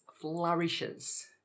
flourishes